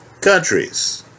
countries